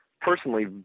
personally